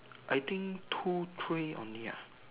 I think two three only ah